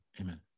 amen